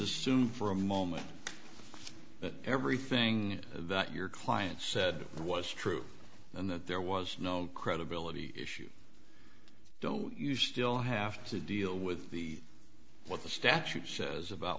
assume for a moment that everything that your client said was true and that there was no credibility issue don't you still have to deal with the what the statute says about